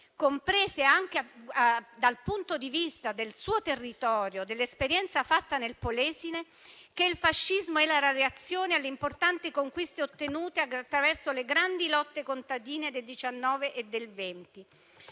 Comprese, anche dal punto di vista del suo territorio e dell'esperienza fatta nel Polesine, che il fascismo era la reazione alle importanti conquiste ottenute attraverso le grandi lotte contadine del 1919 e del 1920.